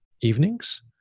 evenings